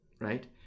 right